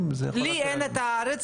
אנחנו פה באירוע.